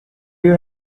you